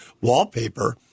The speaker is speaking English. wallpaper